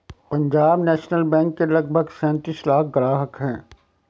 Punjab National Bank के लगभग सैंतीस लाख ग्राहक हैं